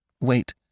Wait